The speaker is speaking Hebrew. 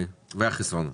יתרונות וחסרונות.